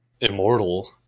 immortal